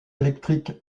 électrique